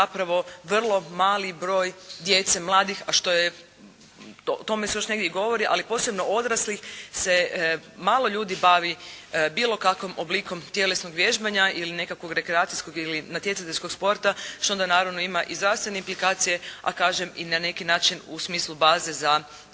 zapravo vrlo mali broj djece mladih, a što je, o tome se još negdje govori. Ali posebno odraslih se malo ljudi bavi bilo kakvim oblikom tjelesnog vježbanja. Ili nekakvog rekreacijskog ili natjecateljskog sporta što onda naravno ima i zdravstvene implikacije a kažem i na neki način u smislu baze za